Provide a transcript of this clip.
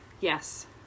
Yes